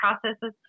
processes